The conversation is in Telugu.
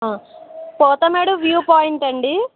పోతమేడు వ్యూ పాయింట్ అండి